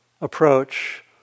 approach